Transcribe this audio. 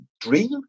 dream